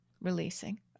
releasing